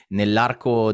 nell'arco